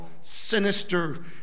sinister